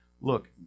Look